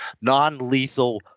non-lethal